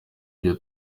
ivyo